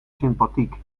sympathiek